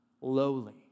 lowly